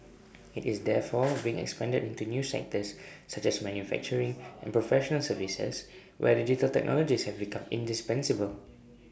IT is therefore being expanded into new sectors such as manufacturing and professional services where digital technologies have become indispensable